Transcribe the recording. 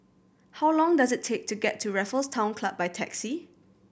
how long does it take to get to Raffles Town Club by taxi